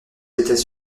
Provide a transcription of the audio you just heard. états